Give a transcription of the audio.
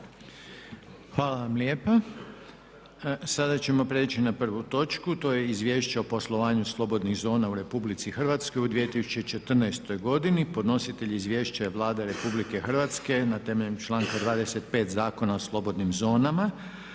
Željko (HDZ)** Sada ćemo prijeći na prvu točku. To je - Izvješće o poslovanju slobodnih zona u RH u 2014. Podnositelj Izvješća je Vlada RH na temelju članka 25. Zakona o slobodnim zonama.